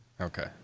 Okay